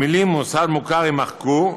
המילים 'מוסד מוכר' יימחקו,